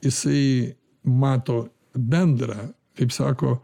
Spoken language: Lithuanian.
jisai mato bendrą kaip sako